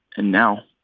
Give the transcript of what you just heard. and now,